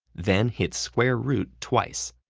then hit square root twice.